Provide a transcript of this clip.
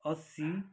असी